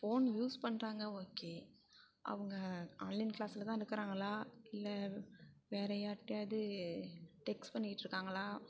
phone use பண்ணுறாங்க okay அவங்க online கிளாஸில் தான் இருக்குறாங்களா இல்லை வேறு யார்ட்டையாவது டெக்ஸ்ட் பண்ணிக்கிட்டுருக்காங்களா